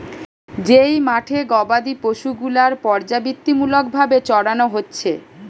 যেই মাঠে গোবাদি পশু গুলার পর্যাবৃত্তিমূলক ভাবে চরানো হচ্ছে